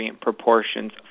proportions